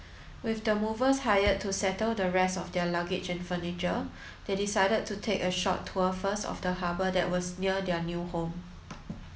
with the movers hired to settle the rest of their luggage and furniture they decided to take a short tour first of the harbour that was near their new home